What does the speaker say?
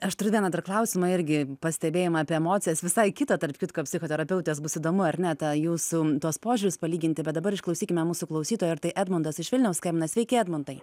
aš turiu vieną dar klausimą irgi pastebėjimą apie emocijas visai kitą tarp kitko psichoterapeutės bus įdomu ar ne tą jūsų tuos požiūrius palyginti bet dabar išklausykime mūsų klausytojų ir tai edmundas iš vilniaus skambina sveiki edmundai